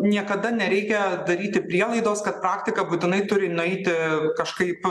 niekada nereikia daryti prielaidos kad praktika būtinai turi nueiti kažkaip